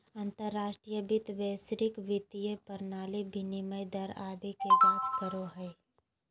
अंतर्राष्ट्रीय वित्त वैश्विक वित्तीय प्रणाली, विनिमय दर आदि के जांच करो हय